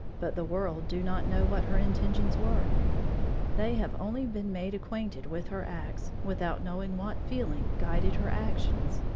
but the world do not know what her intentions were they have only been made acquainted with her acts without knowing what feeling guided her actions.